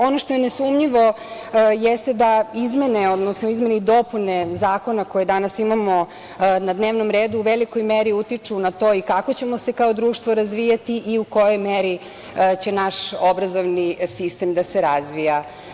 Ono što je nesumnjivo jeste da izmene, odnosno izmene i dopune zakona koje danas imamo na dnevnom redu, u velikoj meri utiču na to i kako ćemo se kao društvo razvijati i u kojoj meri će naš obrazovni sistem da se razvija.